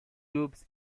groups